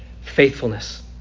Faithfulness